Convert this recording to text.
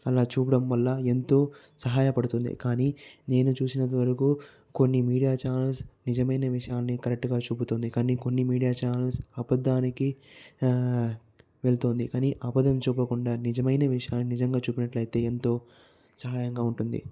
అలా చూపడం వల్ల ఎంతో సహాయపడుతుంది కానీ నేను చూసినంతవరకు కొన్ని మీడియా ఛానల్స్ నిజమైన విషయాన్ని కరెక్ట్గా చూపుతుంది కానీ కొన్ని మీడియా ఛానల్స్ అబద్దానికి వెళ్తుంది కానీ అబద్ధం చూపకుండా నిజమైన నిజంగా చూపెట్టినట్లయితే ఎంతో సహాయంగా ఉంటుంది